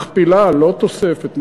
לא תוספת,